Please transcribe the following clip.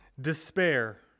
Despair